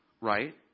right